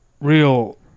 real